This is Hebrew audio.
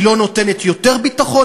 היא לא נותנת יותר ביטחון.